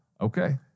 Okay